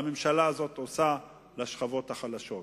הממשלה הזאת עושה לשכבות החלשות.